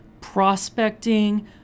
prospecting